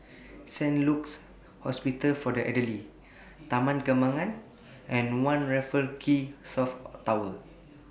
Saint Luke's Hospital For The Elderly Taman Kembangan and one Raffles Quay South Tower